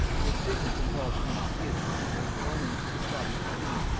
this business involved him in disputes with the earl of ormond, his father's enemy,